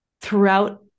throughout